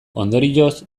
ondorioz